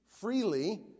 freely